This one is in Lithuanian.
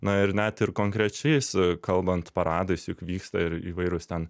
na ir net ir konkrečiais kalbant paradais juk vyksta ir įvairūs ten